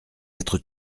être